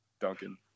Duncan